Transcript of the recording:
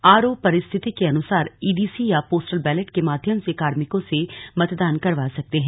RO परिस्थिति के अनुसार ईडीसी या पोस्टल बैलट के माध्यम से कार्मिकों से मतदान करवा सकते हैं